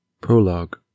Prologue